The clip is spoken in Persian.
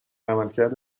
عملکرد